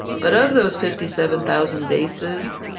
but of those fifty seven thousand bases,